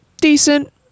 decent